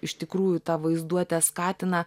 iš tikrųjų tą vaizduotę skatina